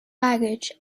baggage